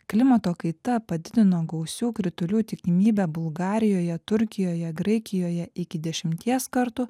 klimato kaita padidino gausių kritulių tikimybę bulgarijoje turkijoje graikijoje iki dešimties kartų